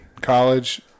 college